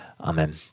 Amen